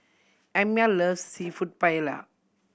Amya loves Seafood Paella